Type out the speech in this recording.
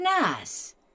nice